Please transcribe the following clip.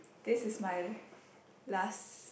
this is my last